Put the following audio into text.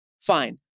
Fine